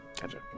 Gotcha